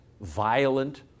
violent